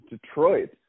Detroit